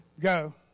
Go